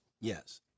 Yes